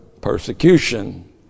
persecution